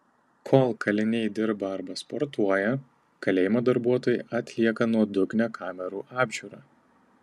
kol kaliniai dirba arba sportuoja kalėjimo darbuotojai atlieka nuodugnią kamerų apžiūrą